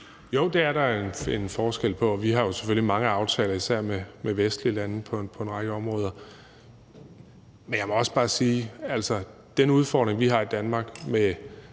Jo, det er der en forskel på, og vi har jo selvfølgelig mange aftaler især med vestlige lande på en række områder. Men jeg må også bare sige, at den udfordring, vi har i Danmark